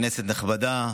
כנסת נכבדה,